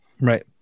right